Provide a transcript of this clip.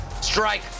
strike